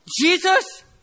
Jesus